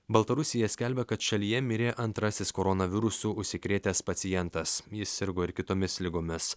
baltarusija skelbia kad šalyje mirė antrasis koronavirusu užsikrėtęs pacientas jis sirgo ir kitomis ligomis